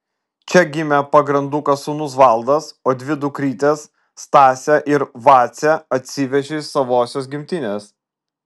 čia gimė pagrandukas sūnus valdas o dvi dukrytes stasę ir vacę atsivežė iš savosios gimtinės